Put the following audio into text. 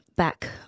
Back